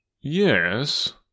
Yes